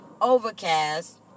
Overcast